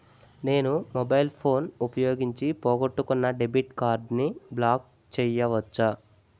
నేను mobile phone ఉపయోగించి పోగొట్టుకున్న డెబిట్ కార్డ్ని బ్లాక్ చేయవచ్చా?